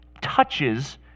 touches